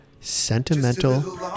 Sentimental